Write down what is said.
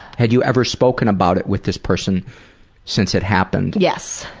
had you ever spoken about it with this person since it happened. yes.